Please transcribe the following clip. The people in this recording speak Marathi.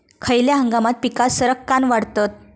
खयल्या हंगामात पीका सरक्कान वाढतत?